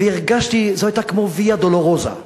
וזאת היתה כמו ויה-דולורוזה,